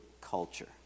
culture